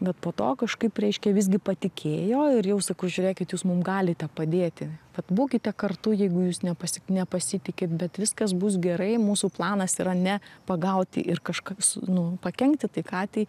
bet po to kažkaip reiškia visgi patikėjo ir jau sakau žiūrėkit jūs mum galite padėti vat būkite kartu jeigu jūs nepasi nepasitikit bet viskas bus gerai mūsų planas yra ne pagauti ir kažka s nu pakenkti tai katei